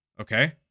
Okay